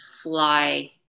fly